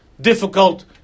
difficult